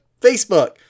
Facebook